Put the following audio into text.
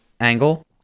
angle